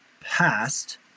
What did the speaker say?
past